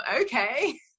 okay